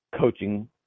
coaching